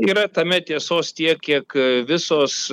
yra tame tiesos tiek kiek visos